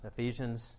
Ephesians